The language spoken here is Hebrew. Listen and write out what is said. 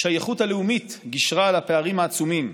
השייכות הלאומית גישרה על הפערים העצומים.